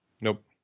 Nope